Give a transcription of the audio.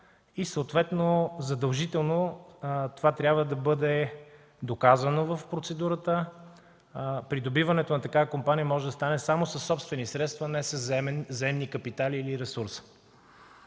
и съответно, задължително, това трябва да бъде доказано в процедурата. Придобиването на такава компания може да стане само със собствени средства, а не със заемни капитали или ресурс.